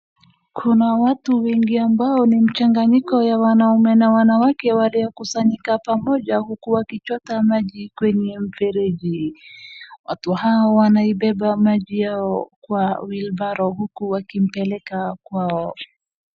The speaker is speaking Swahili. Kuna watu wengi ambao ni mchanganyiko ya wanaume na wanawake waliokusanyika pamoja uku wakichota maji kwenye mfereji. Watu hawa wanaibeba maji yao kwa wheelbarrow uku wakipeleka kwao.